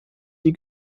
die